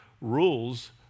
rules